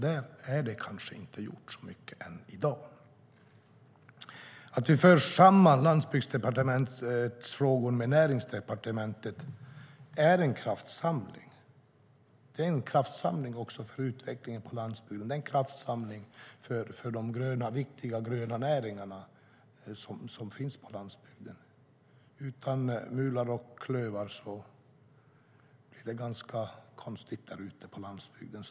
Där har inte gjorts så mycket än i dag. Att föra samman Landsbygdsdepartementets frågor med Näringsdepartementet är en kraftsamling också för utvecklingen på landsbygden. Det är en kraftsamling för de viktiga gröna näringarna på landsbygden. Utan mular och klövar blir det konstigt på landsbygden.